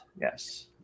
Yes